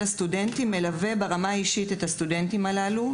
הסטודנטים מלווה ברמה האישית את הסטודנטים הללו.